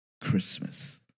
Christmas